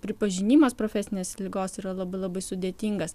pripažinimas profesinės ligos yra labai labai sudėtingas